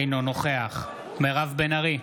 אינו נוכח מירב בן ארי,